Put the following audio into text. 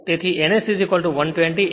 તેથી n S 120 fP છે